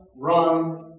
run